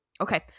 Okay